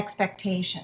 expectations